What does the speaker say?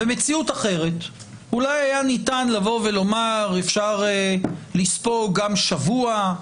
במציאות אחרת אולי היה ניתן לבוא ולומר: אפשר לספוג גם שבוע,